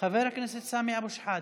חבר הכנסת סמי אבו שחאדה,